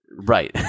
Right